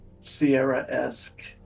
Sierra-esque